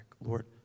Lord